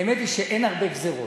האמת היא שאין הרבה גזירות.